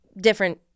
different